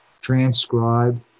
transcribed